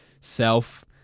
self